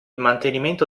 mantenimento